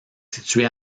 situé